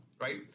right